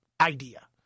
idea